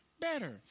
better